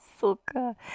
Suka